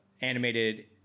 animated